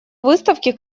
выставки